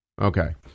Okay